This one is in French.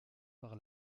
par